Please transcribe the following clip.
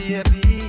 Baby